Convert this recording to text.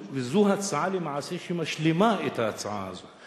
וזו הצעה שלמעשה משלימה את ההצעה הזו.